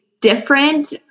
different